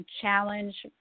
Challenge